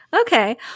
Okay